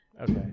okay